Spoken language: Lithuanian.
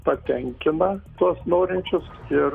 patenkina tuos norinčius ir